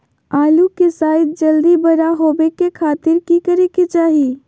आलू के साइज जल्दी बड़ा होबे के खातिर की करे के चाही?